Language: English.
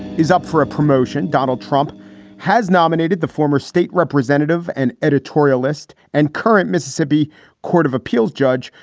is up for a promotion donald trump has nominated the former state representative, an editorialist and current mississippi court of appeals judge,